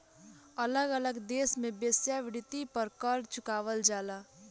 अलग अलग देश में वेश्यावृत्ति पर कर चुकावल जाला